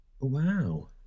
Wow